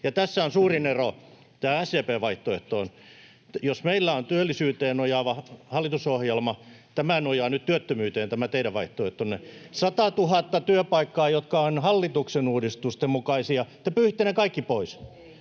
Tässä on suurin ero SDP:n vaihtoehtoon. Jos meillä on työllisyyteen nojaava hallitusohjelma, tämä teidän vaihtoehtonne nojaa nyt työttömyyteen. 100 000 työpaikkaa, jotka ovat hallituksen uudistusten mukaisia: te pyyhitte ne kaikki pois.